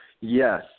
Yes